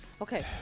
Okay